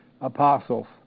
apostles